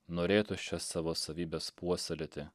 norėtų šias savo savybes puoselėti